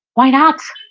why not?